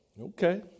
Okay